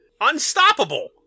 unstoppable